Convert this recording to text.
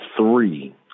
three